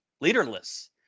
leaderless